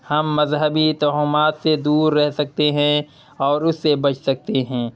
ہم مذہبی توہمات سے دور رہ سکتے ہیں اور اس سے بچ سکتے ہیں